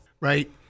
Right